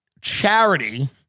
charity